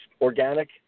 organic